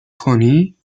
کنی